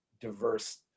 diverse